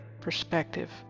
perspective